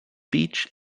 beach